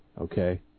Okay